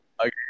okay